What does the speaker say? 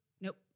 nope